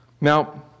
Now